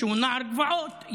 שהוא נער גבעות,